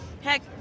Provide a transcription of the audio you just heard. Heck